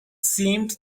seemed